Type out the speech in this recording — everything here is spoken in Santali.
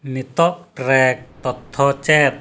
ᱱᱤᱛᱚᱜ ᱨᱮ ᱛᱚᱛᱛᱷᱚ ᱪᱮᱫ